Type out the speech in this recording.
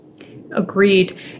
Agreed